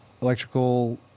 electrical